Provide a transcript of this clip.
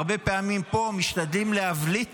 הרבה פעמים פה משתדלים להבליט